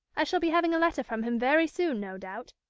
i shall be having a letter from him very soon, no doubt.